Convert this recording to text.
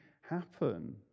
happen